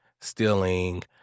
stealing